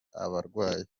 abarwayi